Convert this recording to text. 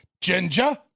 Ginger